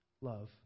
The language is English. love